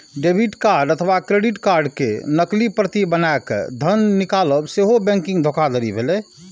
debit card अथवा credit card के नकली प्रति बनाय कें धन निकालब सेहो बैंकिंग धोखाधड़ी भेलै